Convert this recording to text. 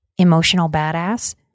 emotionalbadass